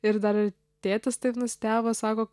ir dar tėtis taip nustebo sako